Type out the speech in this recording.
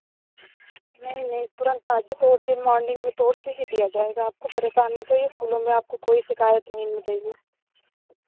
नहीं नहीं तुरंत आज ही तोड़ के मॉर्निंग में तोड़ के ही दिया जाएगा आपको परेशान मत होइए फूलों में आपको कोई शिकायत नहीं मिलेंगी